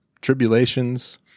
tribulations